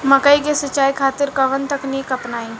मकई के सिंचाई खातिर कवन तकनीक अपनाई?